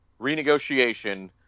renegotiation